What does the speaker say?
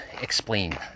explain